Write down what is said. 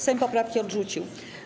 Sejm poprawki odrzucił.